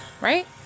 right